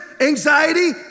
anxiety